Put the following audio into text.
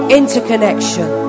interconnection